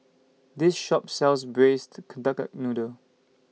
This Shop sells Braised Duck Noodle